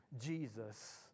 Jesus